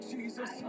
Jesus